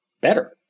better